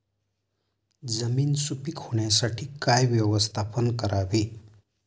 जमीन सुपीक होण्यासाठी काय व्यवस्थापन करावे?